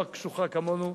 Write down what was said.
לא הקשוחה כמונו,